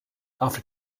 after